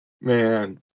Man